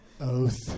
Oath